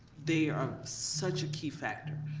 they are such a key factor,